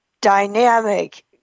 dynamic